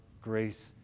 grace